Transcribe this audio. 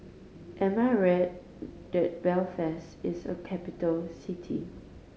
am I right that Belfast is a capital city